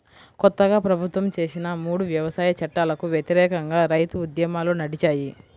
కొత్తగా ప్రభుత్వం చేసిన మూడు వ్యవసాయ చట్టాలకు వ్యతిరేకంగా రైతు ఉద్యమాలు నడిచాయి